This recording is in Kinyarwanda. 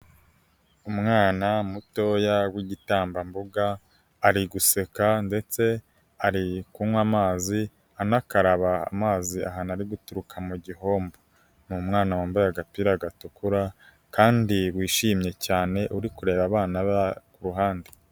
Umwana mutoya w'igitambambuga, ari guseka ndetse ari kunywa amazi anakaraba amazi ahantu Ari guturuka mu gihombo. Ni umwana wambaye agapira gatukura kandi wishimye cyane, uri kureba abana ba kuruhande.